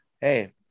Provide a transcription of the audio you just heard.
hey